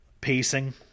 pacing